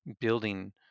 building